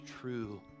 true